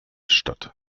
statt